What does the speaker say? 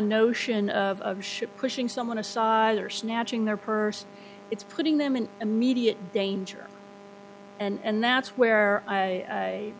notion of shit pushing someone aside or snatching their purse it's putting them in immediate danger and that's where they